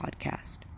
Podcast